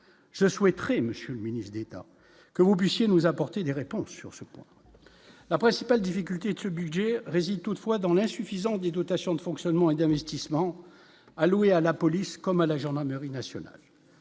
je souhaiterais, monsieur le ministre d'État, que vous puissiez nous apporter des réponses sur ce point, la principale difficulté de ce budget réside toutefois dans l'insuffisance des dotations de fonctionnement et d'investissement alloués à la police comme à la gendarmerie nationale